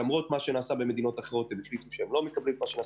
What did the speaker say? למרות מה שנעשה במדינות אחרות הם החליטו שהם לא מקבלים זאת.